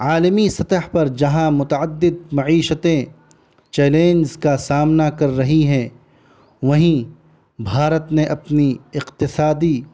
عالمی سطح پر جہاں متعدد معیشتیں چیلنج کا سامنا کر رہی ہیں وہیں بھارت نے اپنی اقتصادی